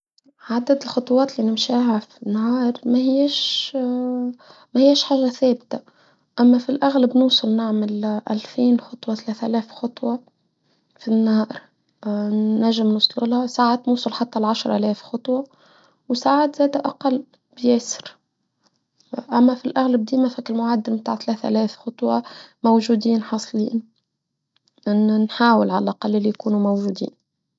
عدد الخطوات اللي نمشيها في النهار ما هيش حجة ثابتة أما في الأغلب نوصل نعمل ألفين خطوة ثلاث آلاف خطوة في النهار نجم نوصلها ساعات نوصل حتى عشره ألاف خطوة وساعة زادة أقل بيسر أما في الأغلب دي ما فات المعدل بتاع ثلاث آلاف خطوة موجودين حاصلين أنه نحاول على الأقل يكونوا موجودين.